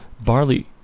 barley